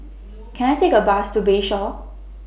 Can I Take A Bus to Bayshore